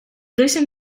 loosened